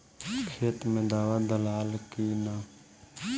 खेत मे दावा दालाल कि न?